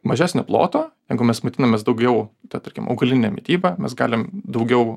mažesnio ploto jeigu mes maitinamės daugiau ta tarkim augaline mityba mes galim daugiau